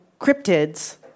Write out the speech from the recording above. cryptids